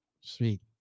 sweet